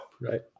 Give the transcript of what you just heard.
right